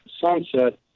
Sunset